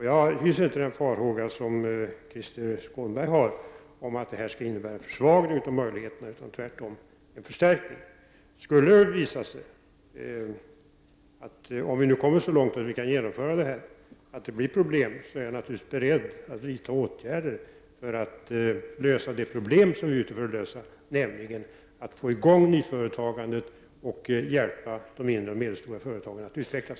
Jag hyser inte samma farhågor som Krister Skånberg om att detta skall innebära en försvagning i fråga om dessa möjligheter, utan det blir tvärtom en förstärkning. Om detta förslag genomförs och om det visar sig innebära problem, är jag naturligtvis beredd att vidta åtgärder för att lösa det problem som vi har för avsikt att lösa, nämligen att få i gång nyföretagandet och hjälpa de mindre och medelstora företagen att utvecklas.